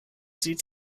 sieht